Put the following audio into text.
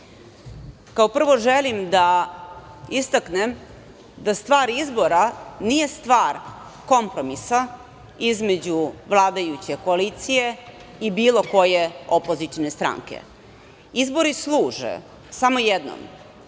kao prvo, želim da istaknem da stvar izbora nije stvar kompromisa između vladajuće koalicije i bilo koje opozicione stranke. Izbori služe samo jednom,